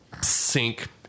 sink